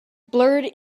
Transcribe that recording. blurred